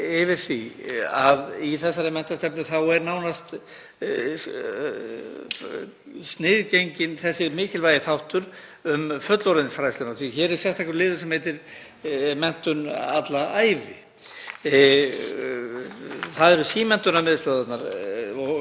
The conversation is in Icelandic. yfir því að í þessari menntastefnu er nánast sniðgenginn þessi mikilvægi þáttur um fullorðinsfræðsluna því að hér er sérstakur liður sem heitir Menntun alla ævi. Það eru símenntunarmiðstöðvarnar og